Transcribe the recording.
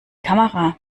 kamera